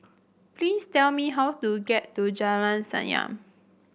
please tell me how to get to Jalan Senyum